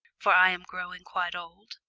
for i am growing quite old.